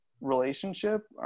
relationship